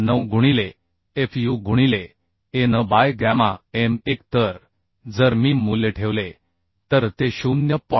9 गुणिले fu गुणिले An by gamma M 1 तर जर मी मूल्य ठेवले तर ते 0